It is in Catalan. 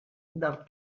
del